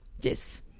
Yes